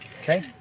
okay